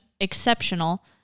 exceptional